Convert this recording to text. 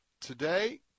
Today